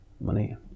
money